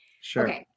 Sure